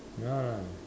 ya lah